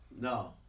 No